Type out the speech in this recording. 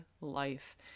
life